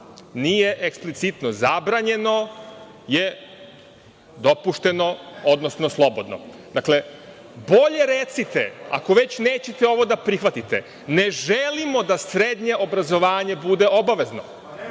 nije eksplicitno zabranjeno, je dopušteno, odnosno slobodno. Bolje recite, ako već nećete ovo da prihvatite – ne želimo da srednje obrazovanje bude obavezno.